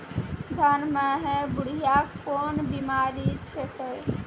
धान म है बुढ़िया कोन बिमारी छेकै?